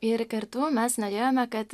ir kartu mes norėjome kad